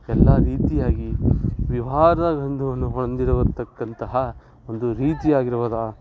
ಎಲ್ಲ ರೀತಿಯಾಗಿ ವ್ಯವ್ಹಾರ್ದ ಗಂಧವನ್ನು ಹೊಂದಿರತಕ್ಕಂತಹ ಒಂದು ರೀತಿಯಾಗಿರುವ